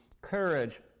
courage